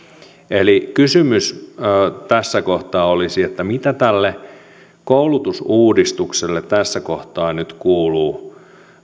eli kysymys tässä kohtaa olisi mitä tälle koulutusuudistukselle tässä kohtaa nyt kuuluu